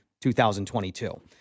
2022